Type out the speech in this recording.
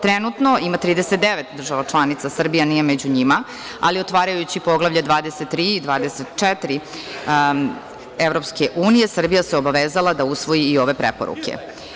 Trenutno imate 39 država članica, Srbija nije među njima, ali otvarajući Poglavlje 23 i 24 EU, Srbija se obavezala da usvoji i ove preporuke.